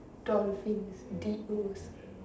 dolphin is D O